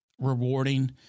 rewarding